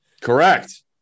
Correct